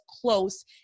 close